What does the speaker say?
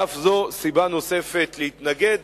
ואף זו סיבה נוספת להתנגד,